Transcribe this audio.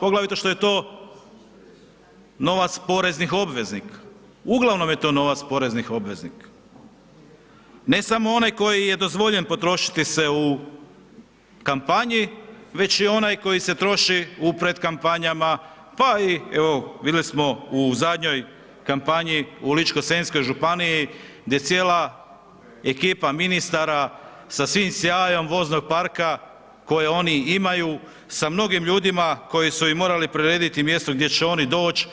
Poglavito što je to novac poreznih obveznika, uglavnom je to novac poreznih obveznika, ne samo onaj koji je dozvoljen potrošiti se u kampanji, već i onaj koji se troši u pretkampanjama, pa i evo, vidjeli smo u zadnjoj kampanji u ličko-senjskoj županiji gdje cijela ekipa ministara sa svim sjajom voznog parka koje oni imaju, sa mnogim ljudima koji su im morali prirediti mjesto gdje će oni doć,